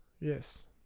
yes